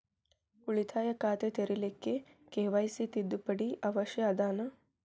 ಉಳಿತಾಯ ಖಾತೆ ತೆರಿಲಿಕ್ಕೆ ಕೆ.ವೈ.ಸಿ ತಿದ್ದುಪಡಿ ಅವಶ್ಯ ಅದನಾ?